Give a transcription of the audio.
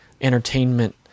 entertainment